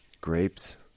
grapes